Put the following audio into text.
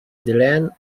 delenn